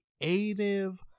creative